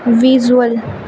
visual